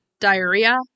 diarrhea